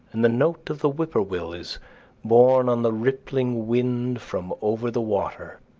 and the note of the whip-poor-will is borne on the rippling wind from over the water.